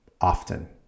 often